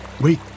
Wait